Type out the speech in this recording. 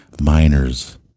Miners